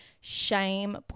shame